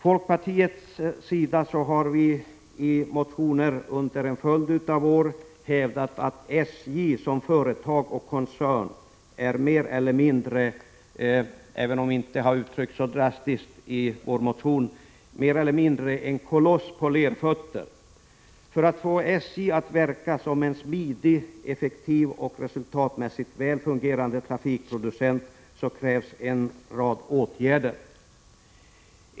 Folkpartiet har i motioner under en följd av år hävdat att SJ som företag och koncern mer eller mindre är en koloss på lerfötter, även om vi inte har uttryckt oss så drastiskt i motionerna. För att få SJ att verka som en smidig, effektiv och resultatmässigt väl fungerande trafikproducent krävs en rad åtgärder.